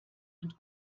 und